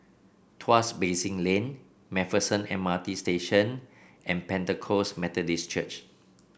Tuas Basin Lane MacPherson M R T Station and Pentecost Methodist Church